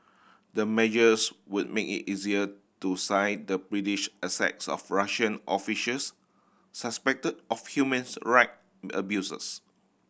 the measures would make it easier to the British assets of Russian officials suspected of humans right abuses